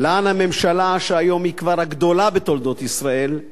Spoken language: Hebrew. לאן הממשלה, שהיום היא כבר הגדולה בתולדות ישראל,